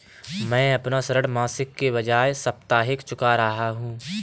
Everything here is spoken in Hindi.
मैं अपना ऋण मासिक के बजाय साप्ताहिक चुका रहा हूँ